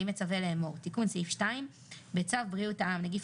אני מצווה לאמור: תיקון סעיף 2 בצו בריאות העם (נגיף